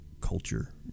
culture